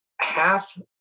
half